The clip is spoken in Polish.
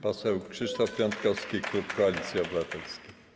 Poseł Krzysztof Piątkowski, klub Koalicja Obywatelska.